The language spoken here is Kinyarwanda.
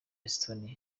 estonia